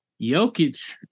Jokic